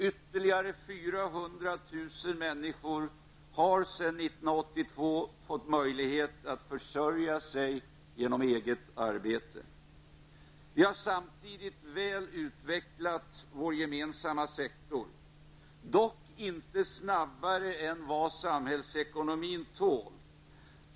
Ytterligare 400 000 människor har sedan 1982 fått möjlighet att försörja sig med eget arbete. Vi har samtidigt väl utvecklat den gemensamma sektorn, dock inte snabbare än vad samhällsekonomin tål.